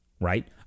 right